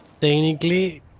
Technically